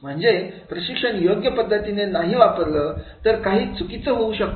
म्हणजे प्रशिक्षण योग्य पद्धतीने नाही वापरलं तर काय चुकीचं होऊ शकतं